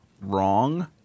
wrong